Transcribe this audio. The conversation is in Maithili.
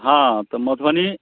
हाँ तऽ मधुबनी